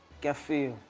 gafeewa.